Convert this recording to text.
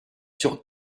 sur